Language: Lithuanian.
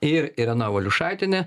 ir irena valiušaitienė